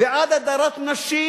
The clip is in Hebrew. ועד הדרת נשים,